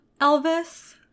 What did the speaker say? Elvis